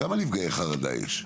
כמה נפגעי חרדה יש?